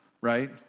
right